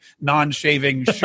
non-shaving